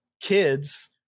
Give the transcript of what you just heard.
kids